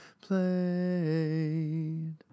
played